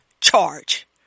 charge